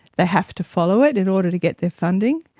they have to follow it in order to get their funding.